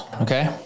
okay